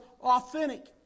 authentic